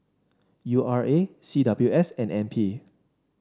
U R A C W S and N P